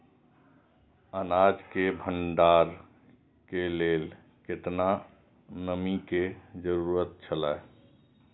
अनाज के भण्डार के लेल केतना नमि के जरूरत छला?